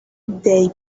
they